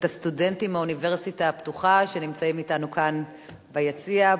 הסטודנטים מהאוניברסיטה הפתוחה שנמצאים אתנו כאן ביציע.